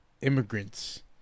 immigrants